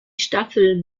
staffel